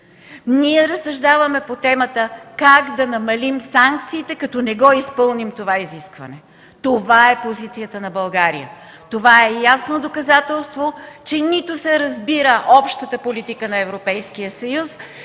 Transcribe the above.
Ние разсъждаваме по темата как да намалим санкциите, като не изпълним това изискване. Това е позицията на България. Това е ясно доказателство, че нито се разбира общата политика на Европейския съюз,